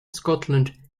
scotland